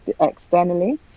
externally